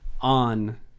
on